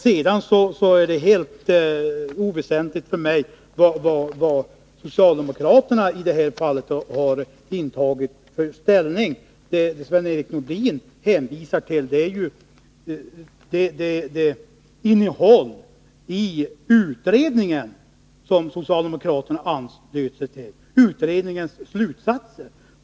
Sven-Erik Nordin hänvisar till det innehåll i utredningen som socialdemokraterna anslöt sig till, utredningens slutsatser. Det är helt oväsentligt för mig vilken ställning socialdemokraterna har intagit i det här fallet.